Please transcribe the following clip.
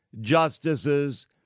justices